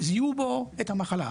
זיהו כבר את המחלה.